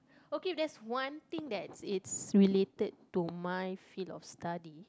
okay if there's one thing that's it's related to my fill of study